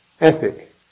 ethic